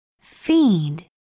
Feed